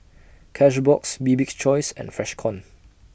Cashbox Bibik's Choice and Freshkon